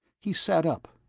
he sat up.